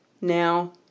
Now